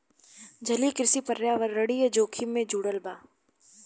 जलीय कृषि पर्यावरणीय जोखिम से जुड़ल बा